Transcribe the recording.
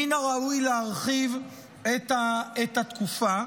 מן הראוי להרחיב את התקופה.